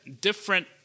different